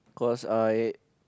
cause I